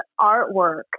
artwork